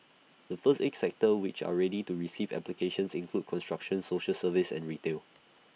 the first eight sectors which are ready to receive applications include construction social services and retail